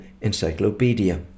Encyclopedia